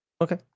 Okay